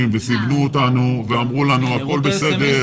וסיבנו אותנו ואמרו לנו שהכול בסדר.